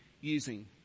using